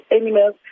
animals